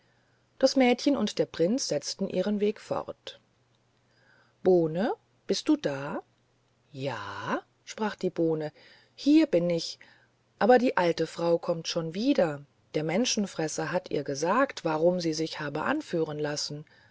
das mädchen und der prinz setzten ihren weg fort bohne bist du da ja sprach die bohne hier bin ich aber die alte frau kommt schon wieder der menschenfresser hat ihr gesagt warum sie sich habe anführen lassen